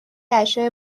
اشیاء